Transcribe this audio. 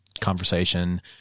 conversation